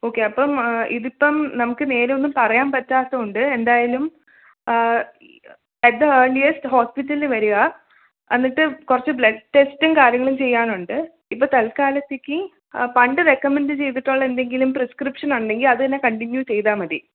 okay അപ്പം ഇതിപ്പം നമുക്ക് നേരെ ഒന്നും പറയാൻ പറ്റാത്തതുകൊണ്ട് എന്തായാലും അറ്റ് ദ ഏർളിയെസ്റ്റ് ഹോസ്പിറ്റലിൽ വരുക എന്നിട്ട് കുറച്ച് ബ്ലഡ് ടെസ്റ്റും കാര്യങ്ങളും ചെയ്യാനുണ്ട് ഇപ്പം തൽക്കാലത്തേക്ക് പണ്ട് റെക്കമെൻറ്റ് ചെയ്തിട്ടുള്ള എന്തെങ്കിലും പ്രിസ്ക്രിപ്ഷൻ ഉണ്ടെങ്കിൽ അത് തന്നെ കണ്ടിന്യൂ ചെയ്താൽ മതി